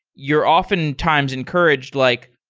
you're oftentimes encouraged like,